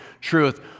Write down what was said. truth